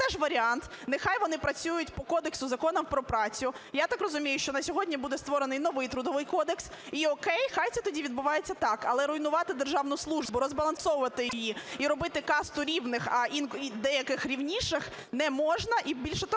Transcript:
теж варіант. Нехай вони працюють по Кодексу законів про працю, я так розумію, що на сьогодні буде створений новий Трудовий кодекс і, о'кей, нехай це тоді відбувається так. Але руйнувати державну службу, розбалансовувати її і робити касту рівних, а деяких рівніших, не можна,